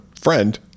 friend